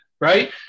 right